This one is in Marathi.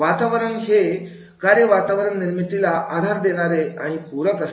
वातावरण हे कार्य वातावरण निर्मितीला आधार देणारे आणि पूरक असते